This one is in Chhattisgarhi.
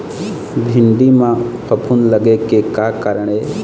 भिंडी म फफूंद लगे के का कारण ये?